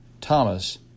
Thomas